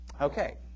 Okay